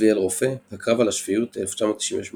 צביאל רופא, הקרב על השפיות, 1998